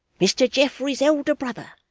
mr geoffrey's elder brother,